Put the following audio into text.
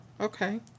Okay